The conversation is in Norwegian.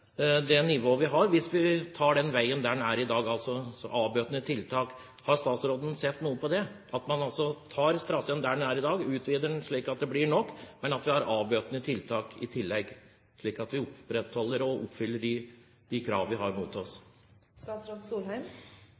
det nivået vi har, hvis vi beholder veien der den er i dag. Har statsråden sett noe på det, at man beholder traseen der den er i dag, utvider den slik at den blir god nok, men at vi har avbøtende tiltak i tillegg, slik at vi opprettholder og oppfyller de kravene vi har mot